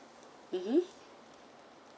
mmhmm